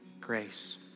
grace